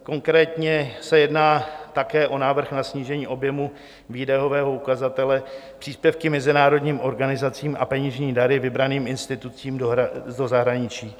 Konkrétně se jedná také o návrh na snížení objemu výdajového ukazatele příspěvky mezinárodním organizacím a peněžní dary vybraným institucím do zahraničí.